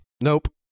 Nope